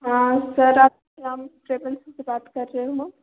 हाँ सर आप Shriram travel agency से बात कर रहे हो